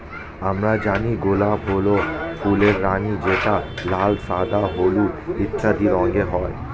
আমরা জানি গোলাপ হল ফুলের রানী যেটা লাল, সাদা, হলুদ ইত্যাদি রঙের হয়